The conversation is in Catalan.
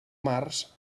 març